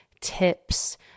tips